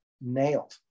nailed